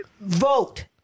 vote